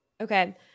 Okay